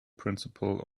principle